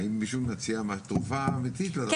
האם מישהו מציע תרופה אמיתית לדבר הזה?